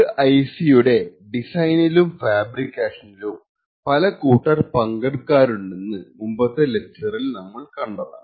ഒരു ഐസി യുടെ ഡിസൈനിലും ഫാബ്രിക്കേഷനിലും പല കൂട്ടർ പങ്കെടുക്കാറുണ്ടെന്ന് മുമ്പത്തെ ലെക്ച്ചറിൽ നമ്മൾ കണ്ടതാണ്